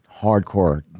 hardcore